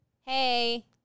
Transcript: Hey